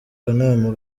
kanama